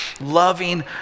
loving